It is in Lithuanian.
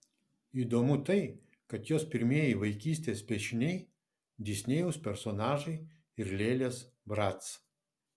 įdomu tai kad jos pirmieji vaikystės piešiniai disnėjaus personažai ir lėlės brac